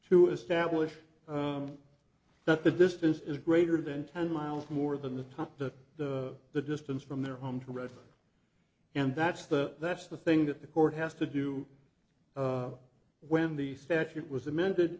to establish that the distance is greater than ten miles more than the top to the the distance from their home to rest and that's the that's the thing that the court has to do when the statute was amended